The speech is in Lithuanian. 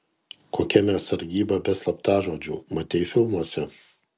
kokia mes sargyba be slaptažodžių matei filmuose